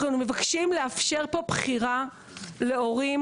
אנחנו מבקשים לאפשר פה בחירה להורים,